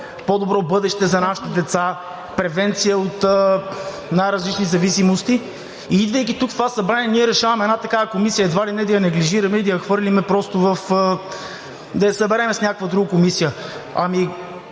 по-добро бъдеще за нашите деца, превенция от най-различни зависимости. Идвайки в това събрание, ние решаваме една такава комисия едва ли не да я неглижираме и да я съберем с някаква друга комисия. Ами